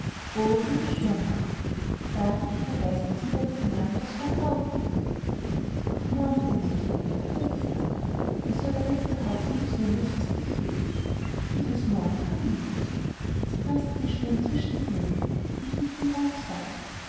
o jene sturmnacht da hatte die verwaiste zum letztenmal in das vaterauge geblickt auf morgen denn mein kind hatte er gesagt das war der letzte hauch seines mundes für sie gewesen dieses morgen kam nie niemals sie preßte die stirn zwischen die hände und lief von wand zu wand